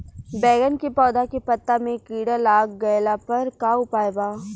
बैगन के पौधा के पत्ता मे कीड़ा लाग गैला पर का उपाय बा?